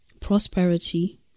prosperity